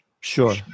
Sure